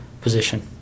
position